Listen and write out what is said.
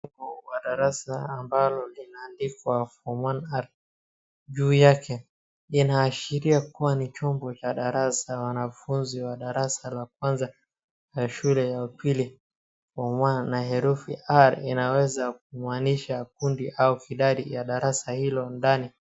Niko kwa darasa ambalo limeandikwa form one r juu yake inaashiria kuwa ni chumba cha darasa wanafunzi wa darasa la kwanza wa shule ya upili form one na herufi r inaweza maanisha kundi au idadi ya darasa hilo ndani.